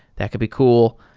that could be cool.